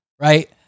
right